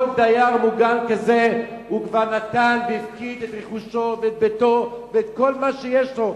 כל אדם מוגן כזה כבר נתן והפקיד את רכושו ואת ביתו ואת כל מה שיש לו,